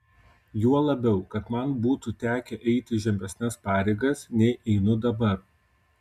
juo labiau kad man būtų tekę eiti žemesnes pareigas nei einu dabar